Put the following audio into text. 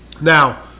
Now